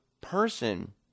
person